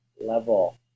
level